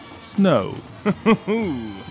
Snow